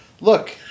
Look